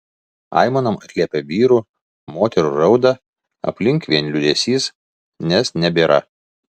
aimanom atliepia vyrų moterų rauda aplink vien liūdesys nes nebėra